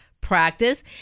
practice